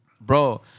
bro